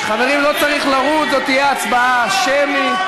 לבקשת הקואליציה זו תהיה הצבעה שמית.